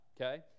okay